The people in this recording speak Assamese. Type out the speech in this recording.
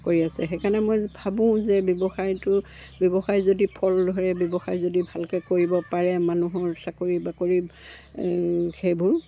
কৰি আছে সেইকাৰণে মই ভাবোঁ যে ব্যৱসায়টো ব্যৱসায় যদি ফল ধৰে ব্যৱসায় যদি ভালকৈ কৰিব পাৰে মানুহৰ চাকৰি বাকৰি সেইবোৰ